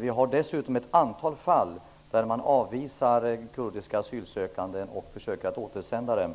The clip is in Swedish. Vi har dessutom ett antal fall där man avvisar kurdiska asylsökande och försöker att återsända dem.